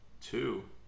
two